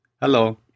Hello